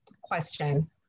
question